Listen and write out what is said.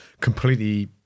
completely